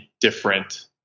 different